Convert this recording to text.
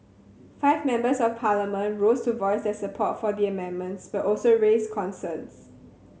five Members of Parliament rose to voice their support for the amendments but also raised concerns